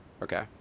Okay